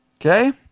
Okay